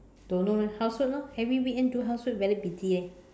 don't know leh housework orh every weekend do housework very busy eh